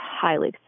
highly